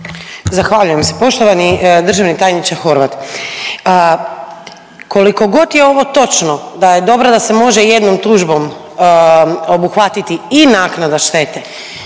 Zahvaljujem se. Poštovani državni tajniče Horvat. Koliko god je ovo točno da je dobro da se može jednom tužbom obuhvatiti i naknada štete,